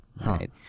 Right